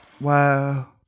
Wow